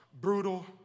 brutal